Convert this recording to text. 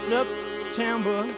September